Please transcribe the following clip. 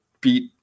beat